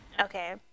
okay